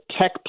tech